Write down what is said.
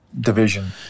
division